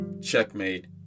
checkmate